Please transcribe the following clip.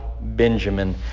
Benjamin